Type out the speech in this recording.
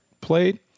played